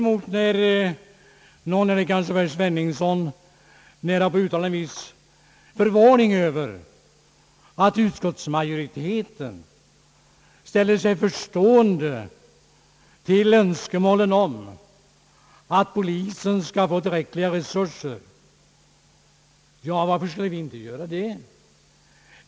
Men varför uttalar herr Sveningsson en viss förvåning Över att utskottsmajoriteten ställer sig förstående till önskemål om att polisen skall få tillräckliga resurser? Varför skulle vi inte göra det?